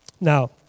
Now